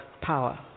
power